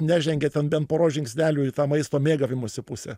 nežengia ten bent poros žingsnelių į tą maisto mėgavimosi pusę